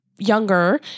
Younger